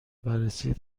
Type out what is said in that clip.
بررسی